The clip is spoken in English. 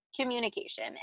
communication